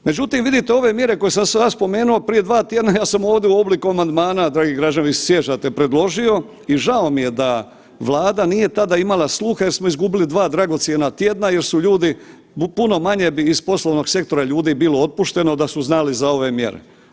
Međutim, vidite ove mjere koje sam sada spomenuo prije dva tjedna ja sam ovdje u obliku amandmana, dragi građani jel se sjećate, predložio i žao mi je da Vlada nije tada imala sluha jer smo izgubili dva dragocjena tjedna jer su ljudi, puno manje bi iz poslovnog sektora ljudi bilo otpušteno da su znali za ove mjere.